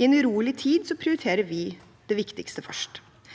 I en urolig tid prioriterer vi det viktigste først.